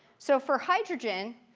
so for hydrogen,